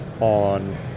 on